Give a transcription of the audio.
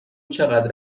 چقدر